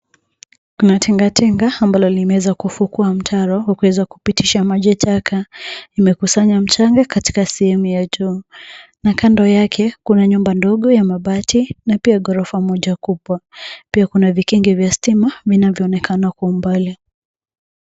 Kuna tingatinga ambalo limeweza kufukua mtaro na kuweza kupitisha maji taka. Imekusanya mchanga katika sehemu ya juu na kando yake kuna nyumba ndogo ya mabati na pia ghorofa moja kubwa. Pia kuna vikingi vya stima vinavyoonekana kwa umbali.